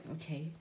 okay